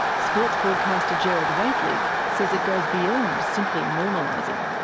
sports broadcaster gerard whateley says it goes beyond simply normalising.